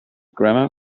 grammar